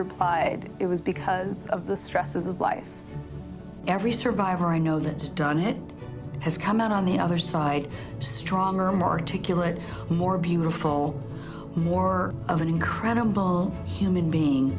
replied it was because of the stresses of life every survivor i know that's done he has come out on the other side stronger him articulate more beautiful more of an incredible human being